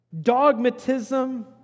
dogmatism